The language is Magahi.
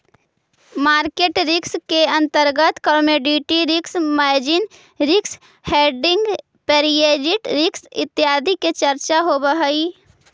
मार्केट रिस्क के अंतर्गत commodity risk, margin risk, holding period risk इत्यादि के चर्चा होवऽ हई